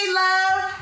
love